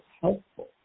helpful